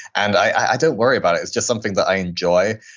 and i don't worry about it. it's just something that i enjoy.